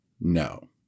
No